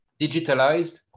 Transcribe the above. digitalized